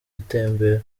gutembera